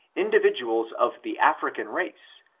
individuals of the african race,